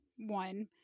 one